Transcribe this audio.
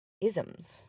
isms